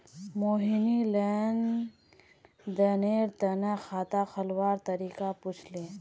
मोहिनी लेन देनेर तने खाता खोलवार तरीका पूछले